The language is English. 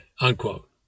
unquote